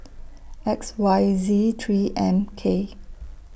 X Y Z three M K